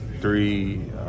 three